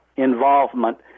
Involvement